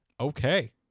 Okay